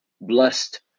blessed